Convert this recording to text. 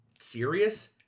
Serious